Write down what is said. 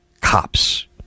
cops